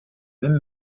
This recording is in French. même